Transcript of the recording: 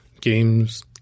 games